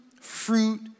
fruit